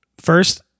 First